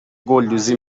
گلدوزی